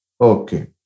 Okay